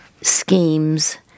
schemes